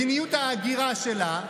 מדיניות ההגירה שלה,